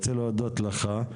אני רוצה להודות לך.